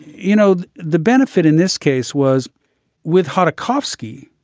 you know, the benefit in this case was with hot a cough ski.